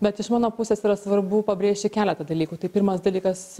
bet iš mano pusės yra svarbu pabrėžti keletą dalykų tai pirmas dalykas